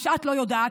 מה שאת לא יודעת.